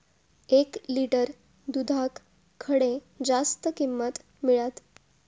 एक लिटर दूधाक खडे जास्त किंमत मिळात?